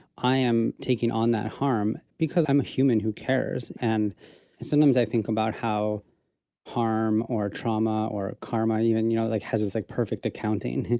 i am taking on that harm, because i'm a human who cares. and sometimes i think about how harm or trauma or karma even you know, like has it's like perfect accounting,